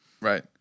right